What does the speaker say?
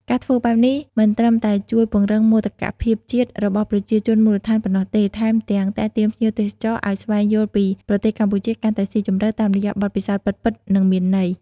ការធ្វើបែបនេះមិនត្រឹមតែជួយ ពង្រឹងមោទកភាពជាតិ របស់ប្រជាជនមូលដ្ឋានប៉ុណ្ណោះទេ ថែមទាំង ទាក់ទាញភ្ញៀវទេសចរឲ្យស្វែងយល់ពីប្រទេសកម្ពុជាកាន់តែស៊ីជម្រៅ តាមរយៈបទពិសោធន៍ពិតៗ និងមានន័យ។